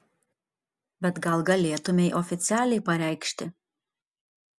bet gal galėtumei oficialiai pareikšti